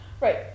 Right